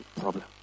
problem